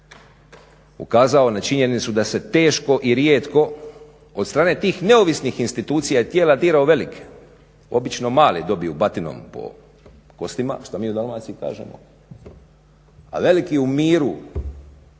ukazao na činjenicu da se teško i rijetko od tih strane tih neovisnih institucija i tijela dirao velike, obično male dobiju batinom po kostima što mi u Dalmaciji kažemo, a veliki u miru